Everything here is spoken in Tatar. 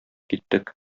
киттек